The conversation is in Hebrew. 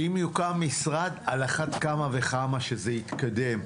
אם יוקם משרד, על אחת כמה וכמה שזה יתקדם.